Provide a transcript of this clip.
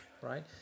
right